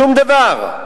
שום דבר.